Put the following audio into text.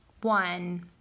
one